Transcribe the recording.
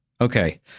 okay